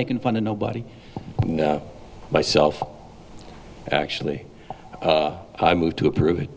making fun of nobody myself actually i move to approve it